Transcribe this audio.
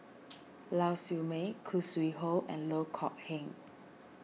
Lau Siew Mei Khoo Sui Hoe and Loh Kok Heng